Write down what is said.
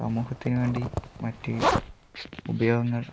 സമൂഹത്തിന് വേണ്ടി മറ്റ് ഉപയോഗങ്ങൾ